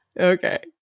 Okay